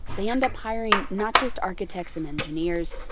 they end up hiring not just architects and engineers,